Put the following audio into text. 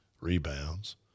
rebounds